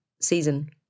season